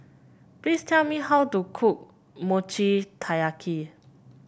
please tell me how to cook Mochi Taiyaki